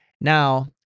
Now